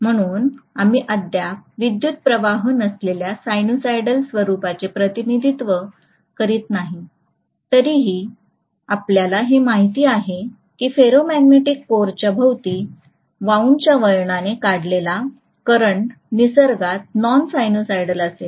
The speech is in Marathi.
म्हणूनच आम्ही अद्याप विद्युत् प्रवाह नसलेल्या सायनुसॉइडल स्वरुपाचे प्रतिनिधित्व करीत नाही तरीही आपल्याला हे माहित आहे की फेरोमॅग्नेटिक कोरच्या भोवती वाउंडच्या वळणाने काढलेला करंट निसर्गात नॉन सायनुसायडल असेल